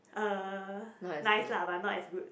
uh nice lah but not as good